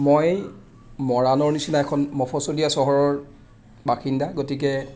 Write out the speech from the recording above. মই মৰাণৰ নিচিনা এখন মফচলীয়া চহৰৰ বাসিন্দা গতিকে